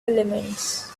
elements